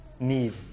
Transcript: need